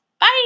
bye